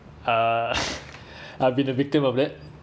uh I'll be the victim of that